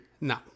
no